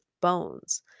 bones